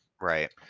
Right